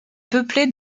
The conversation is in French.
peuplé